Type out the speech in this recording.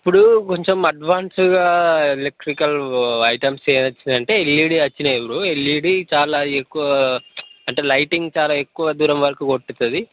ఇప్పుడు కొంచెం అడ్వాన్స్గా ఎలక్ట్రికల్ ఐటెమ్స్ ఏం వచ్చినాయంటే ఎల్ఈడి వచ్చినాయి బ్రో ఎల్ఈడి చాలా ఎక్కువ అంటే లైట్సింగ్ చాలా ఎక్కువ దూరం వరుకు కొట్టుతుంది